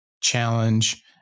challenge